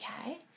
okay